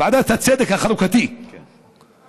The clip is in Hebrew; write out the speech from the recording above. ועדת הצדק החלוקתי, כן.